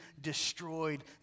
destroyed